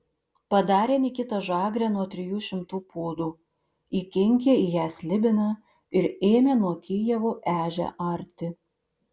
padarė nikita žagrę nuo trijų šimtų pūdų įkinkė į ją slibiną ir ėmė nuo kijevo ežią arti